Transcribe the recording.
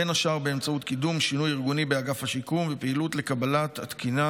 בין השאר באמצעות קידום שינוי ארגוני באגף השיקום ופעילות לקבלת התקינה